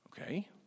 Okay